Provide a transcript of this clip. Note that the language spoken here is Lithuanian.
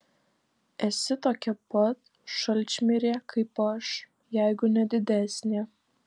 esi tokia pat šalčmirė kaip aš jeigu ne didesnė